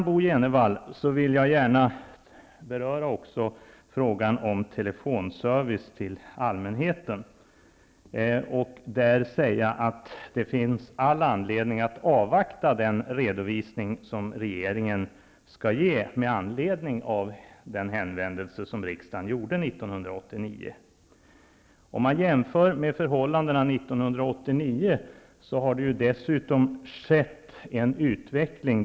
Bo Jenevall, jag vill gärna också beröra frågan om telefonservice till allmänheten. Det finns all anledning att avvakta den redovisning som regeringen skall ge med anledning av den hänvändelse som riksdagen gjorde 1989. Om man jämför med förhållandena 1989 har det dessutom skett en utveckling.